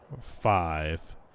five